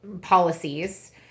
policies